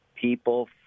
People